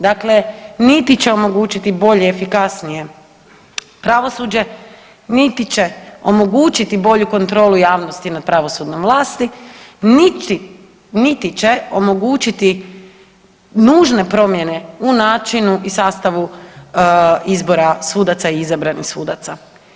Dakle, niti će omogućiti bolje, efikasnije pravosuđe, niti će omogućiti bolju kontrolu javnosti nad pravosudnom vlasti, niti, niti će omogućiti nužne promjene u načinu i sastavu izbora sudaca i izabranih sudaca.